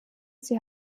sie